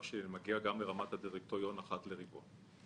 שמגיע גם לרמת הדירקטוריון אחת לרבעון.